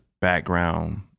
background